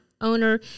owner